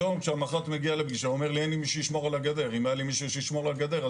היום כשהמח"ט מגיע לפגישה אומר לי: אין לי מי שישמור על הגדר.